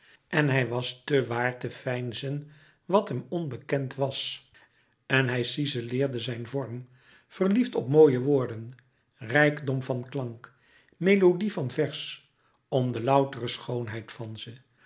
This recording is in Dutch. en hij was te waar te veinzen wat hem onbekend was en hij cizeleerde zijn vorm verliefd op mooie woorden rijkdom van klank melodie van vers om de loutere schoonheid van ze